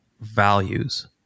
values